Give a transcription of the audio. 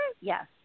yes